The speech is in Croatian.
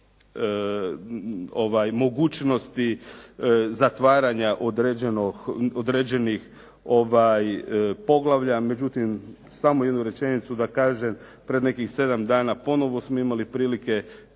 mogućnosti zatvaranja određenih poglavlja. Međutim samo jednu rečenicu da kažem, pred nekih 7 dana ponovo smo imali prilike